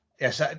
Yes